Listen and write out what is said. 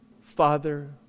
Father